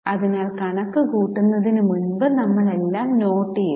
അതിനാൽ കണക്കു കൂട്ടുന്നതിന് മുമ്പ് നമ്മൾ എല്ലാം നോട്ട് ചെയ്തു